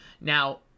Now